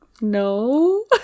No